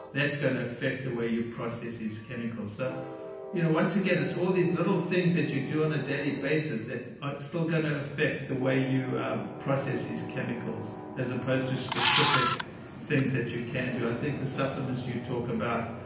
that's going to affect the way you process these chemicals ah you know once again, it's all these little things that you do on a daily basis that are still going to affect the way you process these chemicals, as opposed to specific things that you can do. i think the supplements you talk about